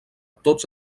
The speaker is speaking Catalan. tots